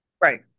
right